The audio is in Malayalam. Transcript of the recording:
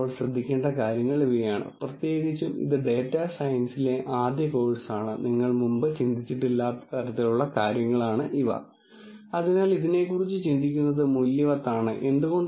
അതിനാൽ നിങ്ങൾ ഒരു ഡാറ്റാ സയന്റിസ്റ്റ് ആണെങ്കിൽ നിങ്ങൾ ചെയ്യേണ്ടത് നിങ്ങൾ അനുമാനങ്ങൾ പരിഷ്ക്കരിക്കുകയും ഈ അനുമാനങ്ങൾ ശരിയാണെങ്കിൽ ഈ പ്രശ്നം പരിഹരിക്കുന്നതിനുള്ള ഒരു ടെക്നിക്ക് വികസിപ്പിക്കുകയും ചെയ്യുക എന്നതാണ്